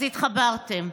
אז התחברתם,